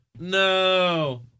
no